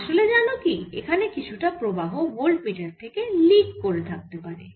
আসলে জানো কি এখানে কিছুটা প্রবাহ ভোল্ট মিটার থেকে লিক করে থাকতে পারে